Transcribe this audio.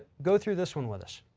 go through this one with us.